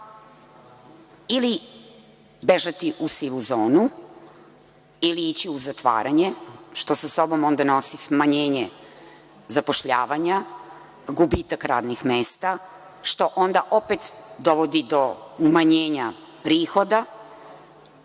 ili bežati u sivu zonu, ili ići u zatvaranje, što sa sobom nosi smanjenje zapošljavanja, gubitak radnih mesta, što onda opet dovodi do umanjenja prihoda,